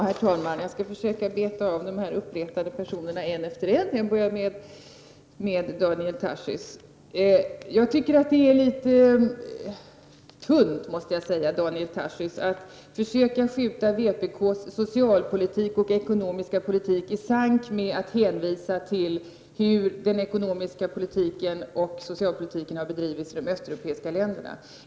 Herr talman! Jag skall försöka bemöta de uppretade personerna en efter en. Jag börjar med Daniel Tarschys. Jag tycker att det är litet tunt, Daniel Tarschys, att försöka skjuta vpk:s socialpolitik och ekonomiska politik i sank med hänvisning till hur den ekonomiska politiken och socialpolitiken har bedrivits i Östeuropa.